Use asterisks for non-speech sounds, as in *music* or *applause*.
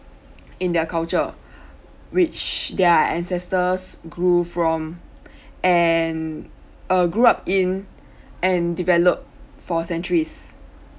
in their culture *breath* which their ancestors grew from *breath* and uh grew up in *breath* and develop for centuries